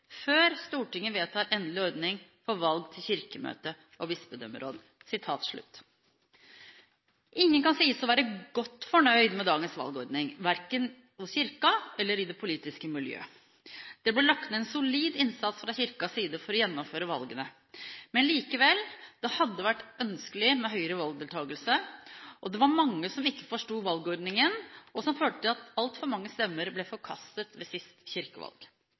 før Stortinget vedtar endelig ordning for valg til Kirkemøtet og Bispedømmeråd.» Ingen kan sies å være godt fornøyd med dagens valgordning – verken Kirken eller det politiske miljøet. Det ble lagt ned en solid innsats fra Kirkens side for å gjennomføre valgene, men likevel hadde det vært ønskelig med høyere valgdeltakelse. Det var mange som ikke forsto valgordningen, noe som førte til at altfor mange stemmer ble forkastet ved siste kirkevalg.